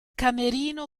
camerino